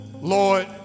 Lord